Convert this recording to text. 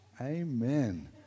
amen